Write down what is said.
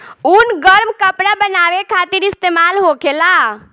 ऊन गरम कपड़ा बनावे खातिर इस्तेमाल होखेला